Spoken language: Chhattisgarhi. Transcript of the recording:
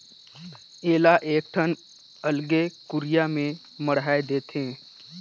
एला एकठन अलगे कुरिया में मढ़ाए देथे